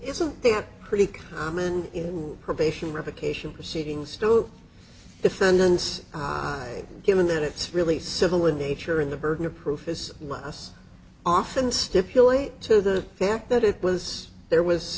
it's a pretty common rule probation revocation proceedings to defendants given that it's really civil in nature and the burden of proof is must often stipulate to the fact that it was there was